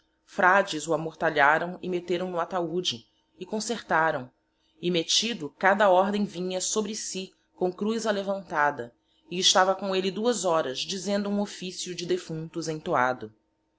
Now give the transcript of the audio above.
frades o amortalháraõ e meteraõ no ataude e concertáraõ e metido cada ordem vinha sobre si com cruz alevantada e estava com elle duas horas dizendo hum officio de defunctos entoado